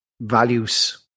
Values